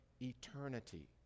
eternity